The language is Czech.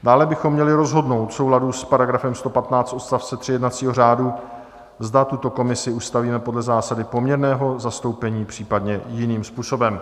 Dále bychom měli rozhodnout v souladu s § 115 odst. 3 jednacího řádu, zda tuto komisi ustavíme podle zásady poměrného zastoupení, případně jiným způsobem.